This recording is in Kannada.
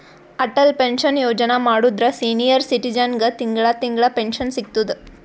ಅಟಲ್ ಪೆನ್ಶನ್ ಯೋಜನಾ ಮಾಡುದ್ರ ಸೀನಿಯರ್ ಸಿಟಿಜನ್ಗ ತಿಂಗಳಾ ತಿಂಗಳಾ ಪೆನ್ಶನ್ ಸಿಗ್ತುದ್